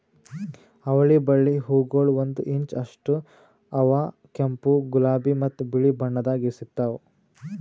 ಅವಳಿ ಬಳ್ಳಿ ಹೂಗೊಳ್ ಒಂದು ಇಂಚ್ ಅಷ್ಟು ಅವಾ ಕೆಂಪು, ಗುಲಾಬಿ ಮತ್ತ ಬಿಳಿ ಬಣ್ಣದಾಗ್ ಸಿಗ್ತಾವ್